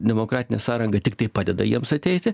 demokratinė sąranga tiktai padeda jiems ateiti